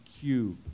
Cube